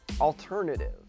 alternative